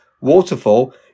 Waterfall